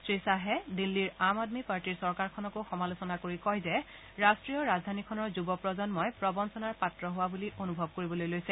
শ্ৰীখাহে দিল্লীৰ আম আদমী পাৰ্টীৰ চৰকাৰখনকো সমালোচনা কৰি কয় যে ৰাষ্ট্ৰীয় ৰাজধানীখনৰ যুৱ প্ৰজন্মই প্ৰবঞ্চনাৰ পাত্ৰ হোৱা বুলি অনুভৱ কৰিবলৈ লৈছে